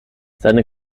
seine